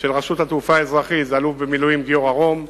של רשות התעופה האזרחית זה אלוף במילואים גיורא רום,